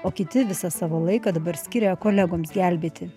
o kiti visą savo laiką dabar skiria kolegoms gelbėti